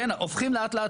הופכים לאט לאט,